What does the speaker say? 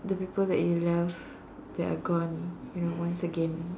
the people that you love that are gone you know once again